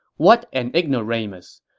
what an ignoramus!